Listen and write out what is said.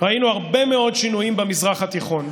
ראינו הרבה מאוד שינויים במזרח התיכון.